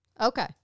okay